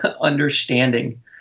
understanding